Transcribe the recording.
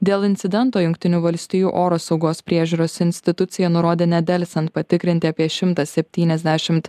dėl incidento jungtinių valstijų oro saugos priežiūros institucija nurodė nedelsiant patikrinti apie šimtą septyniasdešimt